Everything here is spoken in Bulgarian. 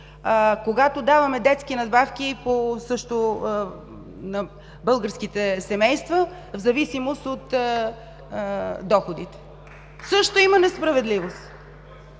когато даваме детски надбавки на българските семейства в зависимост от доходите? Също има несправедливост!